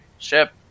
Ship